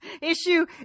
Issue